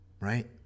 right